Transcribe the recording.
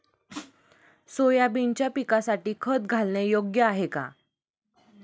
सोयाबीनच्या पिकासाठी खत घालणे योग्य आहे का?